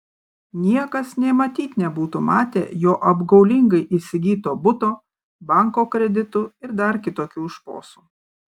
niekas nė matyt nebūtų matę jo apgaulingai įsigyto buto banko kreditų ir dar kitokių šposų